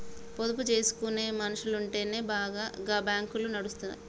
పొదుపు జేసుకునే మనుసులుంటెనే గా బాంకులు నడుస్తయ్